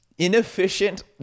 inefficient